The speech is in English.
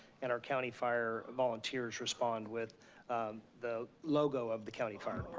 and our county fire volunteers respond with the logo of the county fire